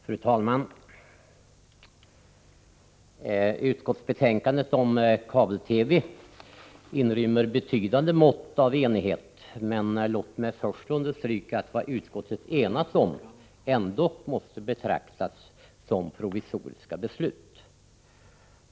Fru talman! Utskottsbetänkandet om kabel-TV inrymmer betydande mått av enighet, men låt mig understryka att vad utskottet enats om ändå måste betraktas som provisoriska beslut.